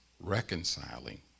reconciling